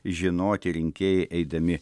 žinoti rinkėjai eidami